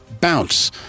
bounce